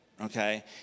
okay